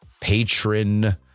patron